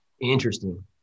Interesting